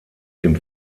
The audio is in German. dem